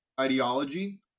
ideology